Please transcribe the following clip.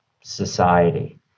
society